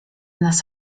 nas